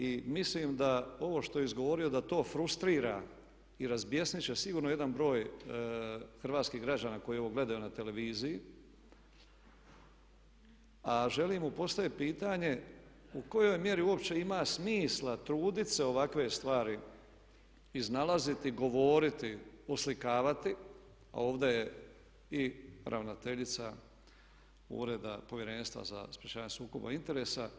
I mislim da ovo što je izgovorio da to frustrira i razbjesnit će sigurno jedan broj hrvatskih građana koji ovo gledaju na televiziji, a želim mu postavit pitanje u kojoj mjeri uopće ima smisla trudit se ovakve stvari iznalaziti, govoriti, oslikavati a ovdje je i ravnateljica ureda Povjerenstva za sprječavanje sukoba interesa.